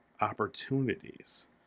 opportunities